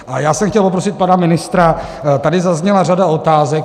A já jsem chtěl poprosit pana ministra, tady zazněla řada otázek.